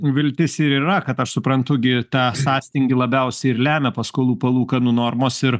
viltis ir yra kad aš suprantu gi tą sąstingį labiausiai ir lemia paskolų palūkanų normos ir